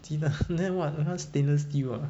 鸡蛋 then what 他他 stainless steel ah